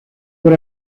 por